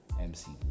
MC